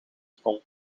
stond